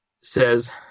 says